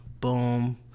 boom